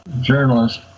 journalist